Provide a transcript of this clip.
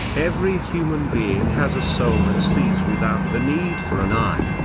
every human being has a soul that sees without the need for an eye,